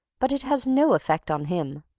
but it has no effect on him.